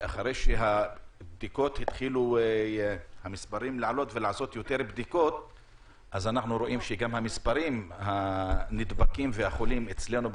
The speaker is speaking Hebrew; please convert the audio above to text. שאחרי שמספר הבדיקות עלה אנחנו רואים שגם מספרי הנדבקים והחולים אצלנו,